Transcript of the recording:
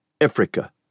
Africa